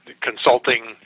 consulting